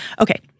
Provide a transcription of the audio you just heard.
Okay